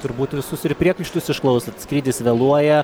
turbūt visus ir priekaištus išklausot skrydis vėluoja